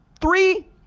Three